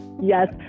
Yes